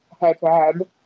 head-to-head